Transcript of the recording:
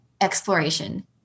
exploration